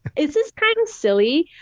it's it's kind silly,